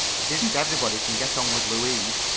it isn't everybody can get on with louise.